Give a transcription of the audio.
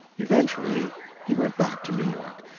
eventually he went back to new york,